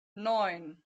neun